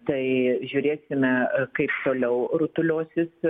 tai žiūrėsime kaip toliau rutuliosis